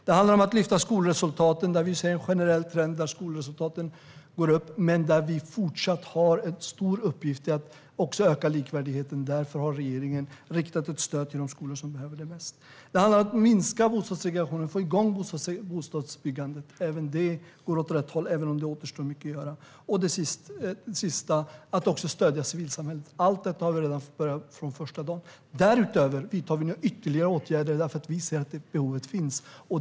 Det handlar om att förbättra skolresultaten. Vi ser en generell trend där skolresultaten blir bättre, men vi har även fortsättningsvis en stor uppgift i att också öka likvärdigheten. Därför har regeringen riktat ett stöd till de skolor som behöver det mest. Det handlar även om att minska bostadssegregationen och om att få igång bostadsbyggandet. Också detta går åt rätt håll, även om mycket återstår att göra. Slutligen vill jag säga att det gäller att också stödja civilsamhället. Allt detta har vi gjort redan från första dagen. Därutöver vidtar vi nu ytterligare åtgärder, därför att vi ser att behovet finns.